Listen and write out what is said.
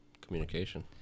Communication